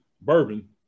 Bourbon